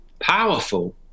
powerful